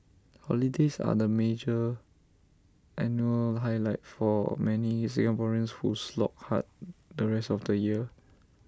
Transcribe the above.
holidays are the major annual highlight for many Singaporeans who slog hard the rest of the year